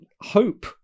hope